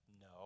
No